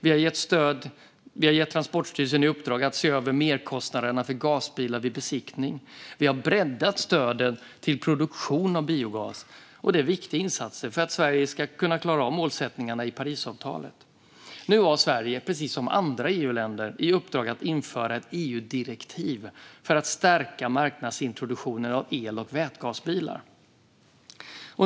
Vi har gett Transportstyrelsen i uppdrag att se över merkostnaderna för gasbilar vid besiktning. Vi har breddat stödet till produktion av biogas. Det är viktiga insatser för att Sverige ska kunna klara av målsättningarna i Parisavtalet. Nu har Sverige, precis som andra EU-länder, i uppdrag att införa ett EU-direktiv för att stärka marknadsintroduktionen av el och vätgasbilar.